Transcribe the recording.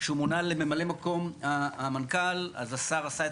שהוא מונה לממלא מקום המנכ"ל אז השר עשה את